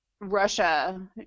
Russia